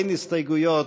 אין הסתייגויות,